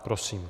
Prosím.